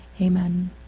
Amen